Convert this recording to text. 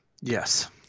Yes